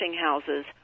houses